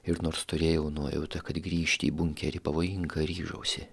ir nors turėjau nuojautą kad grįžti į bunkerį pavojinga ryžausi